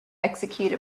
execute